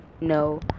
No